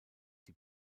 die